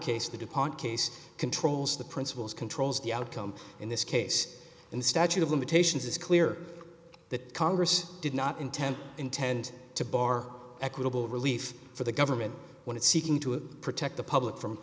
case to depart case controls the principals controls the outcome in this case and the statute of limitations is clear that congress did not intend intend to bar equitable relief for the government when it's seeking to protect the public from